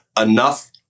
enough